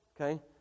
okay